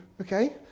okay